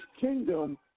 kingdom